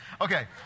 Okay